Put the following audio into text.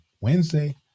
Wednesday